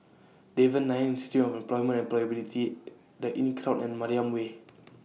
Devan Nair Institute of Employment and Employability The Inncrowd and Mariam Way